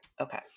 okay